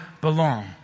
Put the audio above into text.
belong